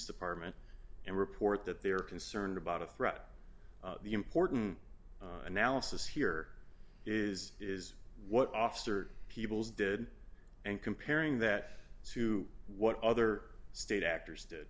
department and report that they are concerned about a threat the important analysis here is is what officer peoples did and comparing that to what other state actors did